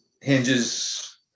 hinges